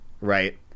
right